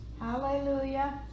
Hallelujah